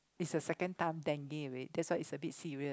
is a second time Dengue already that's why is a bit serious